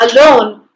alone